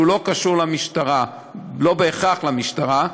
שלא קשור בהכרח למשטרה,